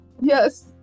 yes